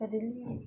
suddenly